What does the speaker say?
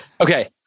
Okay